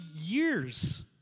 years